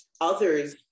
others